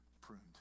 pruned